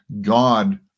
God